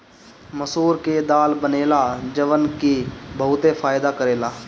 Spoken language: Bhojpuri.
मसूर के दाल बनेला जवन की बहुते फायदा करेला